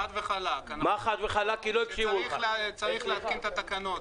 חד וחלק, צריך להתקין את התקנות.